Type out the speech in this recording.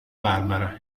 barbara